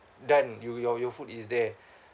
done you your your food is there